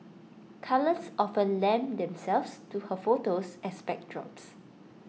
colours often lend themselves to her photos as backdrops